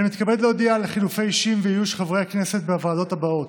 אני מתכבד להודיע על חילופי אישים ואיוש חברי הכנסת בוועדות האלה: